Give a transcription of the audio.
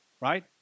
right